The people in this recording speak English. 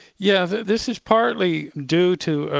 yeah this is partly due to,